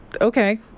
Okay